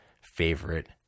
favorite